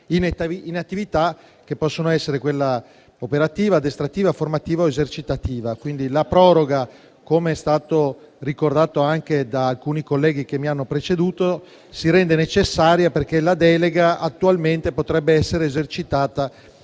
in attività operative, addestrative, formative o esercitative. La proroga quindi, com'è stato ricordato anche da alcuni colleghi che mi hanno preceduto, si rende necessaria perché la delega attualmente potrebbe essere esercitata